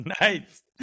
Nice